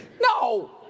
No